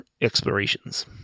explorations